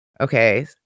Okay